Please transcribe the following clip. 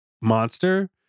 Monster